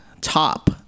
top